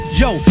yo